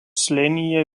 slėnyje